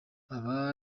aba